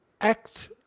act